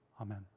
amen